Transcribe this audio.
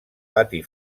pati